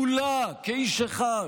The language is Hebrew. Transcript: כולה כאיש אחד,